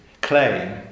claim